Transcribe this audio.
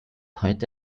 heute